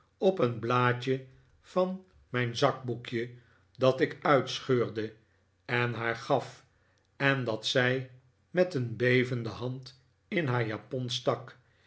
op een blaadje van mijn zakboekje dat ik uitscheurde en haar gaf en dat zij met een bevende hand in haar japon stak